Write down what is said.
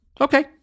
Okay